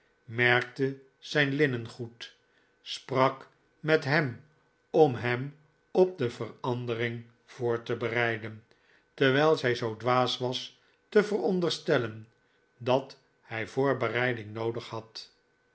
merkte zijn linnengoed sprak met hem om hem op de verandering voor te bereiden terwijl zij zoo dwaas was te veronderstellen dat hij voorbereiding noodig had